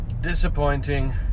Disappointing